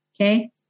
Okay